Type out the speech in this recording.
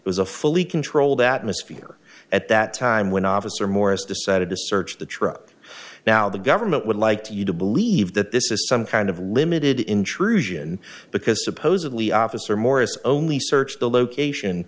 it was a fully controlled atmosphere at that time when officer morris decided to search the truck now the government would like you to believe that this is some kind of limited intrusion because supposedly officer morris only searched the location